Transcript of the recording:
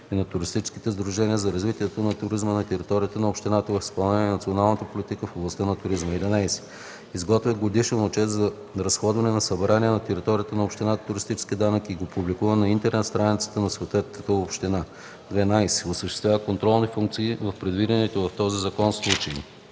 и на туристическите сдружения за развитие на туризма на територията на общината в изпълнение на националната политика в областта на туризма; 11. изготвя годишен отчет за разходването на събрания на територията на общината туристически данък и го публикува на интернет страницата на съответната община; 12. осъществява контролни функции в предвидените в този закон случаи.”